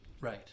Right